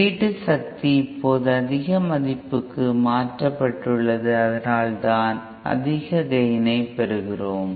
உள்ளீட்டு சக்தி இப்போது அதிக மதிப்புக்கு மாற்றப்பட்டுள்ளது மற்றும் அதனால்தான் அதிக கேய்னை பெறுகிறோம்